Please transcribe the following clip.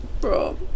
bro